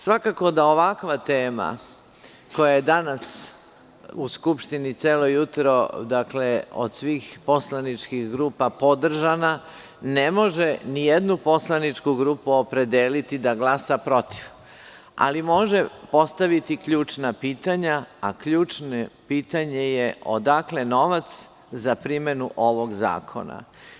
Svakako da je ovakva tema koja je danas u Skupštini celo jutro od svih poslaničkih grupa podržana, ne može ni jednu poslaničku grupu opredeliti da glasa protiv, ali može postaviti ključna pitanja, a ključno pitanje je – odakle novac za primenu ovog zakona?